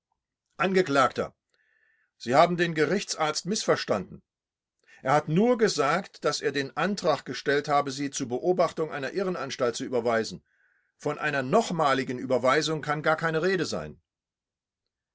angeklagter sie haben den gerichtsarzt mißverstanden er hat nur gesagt daß er den antrag gestellt habe sie zur beobachtung einer irrenanstalt zu überweisen von einer nochmaligen überweisung kann gar keine rede sein